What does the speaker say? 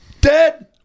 Dead